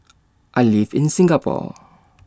I live in Singapore